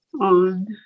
on